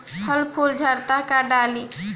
फल फूल झड़ता का डाली?